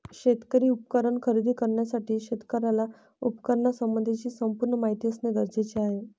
शेती उपकरण खरेदी करण्यासाठी शेतकऱ्याला उपकरणासंबंधी संपूर्ण माहिती असणे गरजेचे आहे